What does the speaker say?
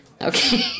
Okay